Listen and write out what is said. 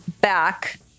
back